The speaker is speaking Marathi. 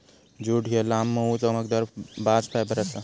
ज्यूट ह्या लांब, मऊ, चमकदार बास्ट फायबर आसा